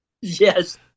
yes